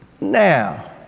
now